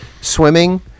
swimming